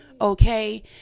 Okay